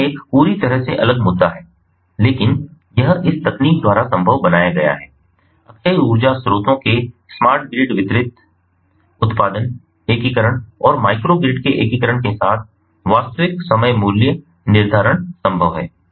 तो यह एक पूरी तरह से अलग मुद्दा है लेकिन यह इस तकनीक द्वारा संभव बनाया गया है अक्षय ऊर्जा स्रोतों के स्मार्ट ग्रिड वितरित उत्पादन एकीकरण और माइक्रो ग्रिड के एकीकरण के साथ वास्तविक समय मूल्य निर्धारण संभव है